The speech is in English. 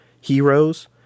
heroes